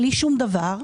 בלי שום דבר.